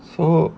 so